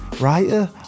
writer